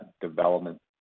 development